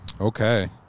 Okay